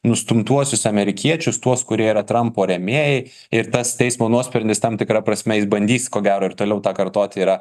nustumtuosius amerikiečius tuos kurie yra trampo rėmėjai ir tas teismo nuosprendis tam tikra prasme jis bandys ko gero ir toliau tą kartoti yra